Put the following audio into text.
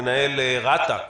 מנהל רשות התעופה האזרחית,